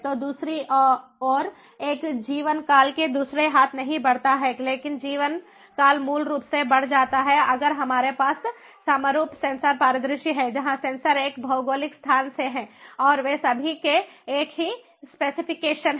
तो दूसरी ओर एक जीवनकाल के दूसरे हाथ नहीं बढ़ता है लेकिन जीवनकाल मूल रूप से बढ़ जाता है अगर हमारे पास समरूप सेंसर परिदृश्य है जहां सेंसर एक भौगोलिक स्थान से हैं और वे सभी के एक ही स्पेसिफिकेशन हैं